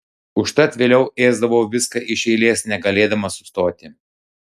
užtat vėliau ėsdavau viską iš eilės negalėdama sustoti